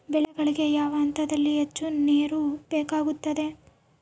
ಬೆಳೆಗಳಿಗೆ ಯಾವ ಹಂತದಲ್ಲಿ ಹೆಚ್ಚು ನೇರು ಬೇಕಾಗುತ್ತದೆ?